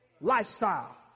lifestyle